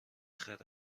خرد